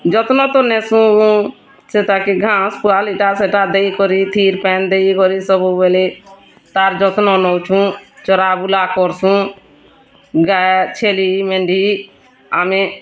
ଯତ୍ନ ତ ନେସୁଁ ସେଟାକେ ଘାସ ପୁଆଲ୍ ଏଟାସେଟା ଦେଇକରି ଥିର୍ ପାଏନ୍ ଦେଇକରି ସବୁବେଲେ ତା'ର୍ ଯତ୍ନ ନଉଛୁଁ ଚରାବୁଲା କର୍ସୁଁ ଗାଏ ଛେଲି ମେଣ୍ଢି ଆମେ